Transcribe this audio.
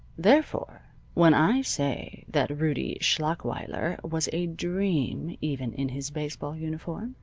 therefore, when i say that rudie schlachweiler was a dream even in his baseball uniform,